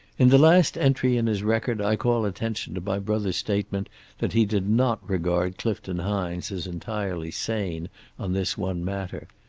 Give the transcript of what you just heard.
in the last entry in his record i call attention to my brother's statement that he did not regard clifton hines as entirely sane on this one matter,